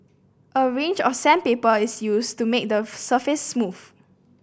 a range of sandpaper is used to make the surface smooth